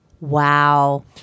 Wow